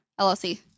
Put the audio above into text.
LLC